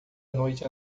noite